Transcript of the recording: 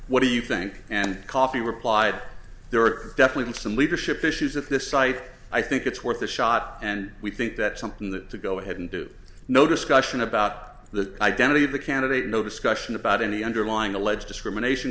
what do you think and coffee replied there are definitely some leadership issues at this site i think it's worth a shot and we think that's something that to go ahead and do no discussion about the identity of the candidate no discussion about any underlying alleged discrimination